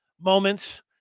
moments